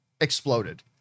exploded